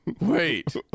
Wait